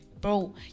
Bro